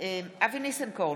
אבי ניסנקורן,